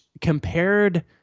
compared